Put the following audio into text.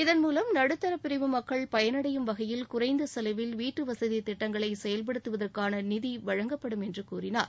இதன் மூலம் நடுத்தர பிரிவு மக்கள் பயன்டையும் வகையில் குறைந்த கெலவில் வீட்டு வசதி திட்டங்களை செயல்படுத்துவதற்கான நிதி வழங்கப்படும் என்று கூறினார்